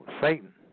Satan